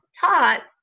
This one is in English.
taught